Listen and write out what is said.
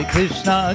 Krishna